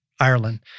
Ireland